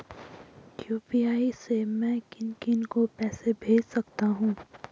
UPI से मैं किन किन को पैसे भेज सकता हूँ?